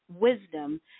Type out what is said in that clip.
wisdom